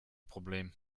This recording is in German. problem